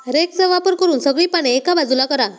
रेकचा वापर करून सगळी पाने एका बाजूला करा